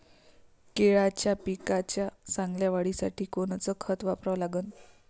केळाच्या पिकाच्या चांगल्या वाढीसाठी कोनचं खत वापरा लागन?